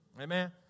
Amen